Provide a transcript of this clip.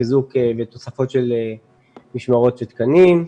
חיזוק ותוספות של משמרות ותקנים.